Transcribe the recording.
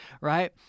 Right